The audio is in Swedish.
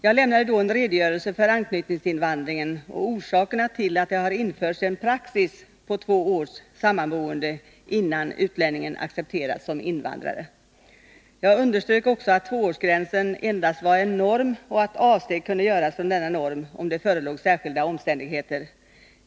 Jag lämnade då en redogörelse för anknytningsinvandringen och orsakerna till att det har införts en praxis innebärande krav på två års sammanboende innan utlänningen accepteras som invandrare. Jag underströk också att tvåårsgränsen endast var en norm och att avsteg kunde göras från denna norm, om det förelåg särskilda omständigheter.